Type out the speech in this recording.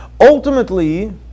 Ultimately